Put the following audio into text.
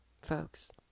folks